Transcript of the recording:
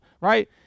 Right